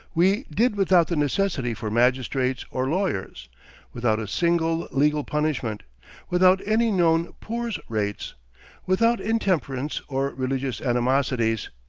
we did without the necessity for magistrates or lawyers without a single legal punishment without any known poors' rates without intemperance or religious animosities.